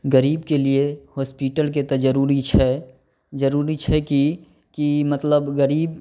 गरीबके लिए हॉस्पिटलके तऽ जरूरी छै जरूरी छै कि की मतलब गरीब